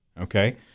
Okay